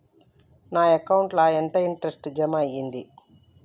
నా అకౌంట్ ల ఎంత ఇంట్రెస్ట్ జమ అయ్యింది?